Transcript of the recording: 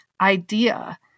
idea